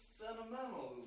sentimental